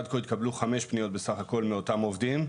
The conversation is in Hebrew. עד כה התקבלו חמש פניות בסך הכל מאותם עובדים.